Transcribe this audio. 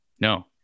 No